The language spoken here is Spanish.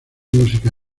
música